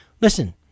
listen